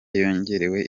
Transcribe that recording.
yongerewe